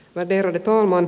värderade talman